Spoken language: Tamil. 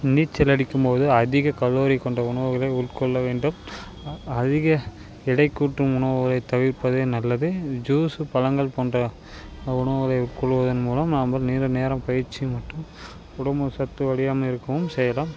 நீச்சல் அடிக்கும் போது அதிக கலோரி கொண்ட உணவுகளை உட்கொள்ள வேண்டும் அதிக இடை கூட்டும் உணவுகளை தவிர்ப்பது நல்லது ஜூஸ் பழங்கள் போன்ற உணவுகளை உட்கொள்வதன் மூலம் நம்பள் நீண்ட நேரம் பயிற்சி மற்றும் உடம்பு சத்து இருக்கும் செய்யலாம்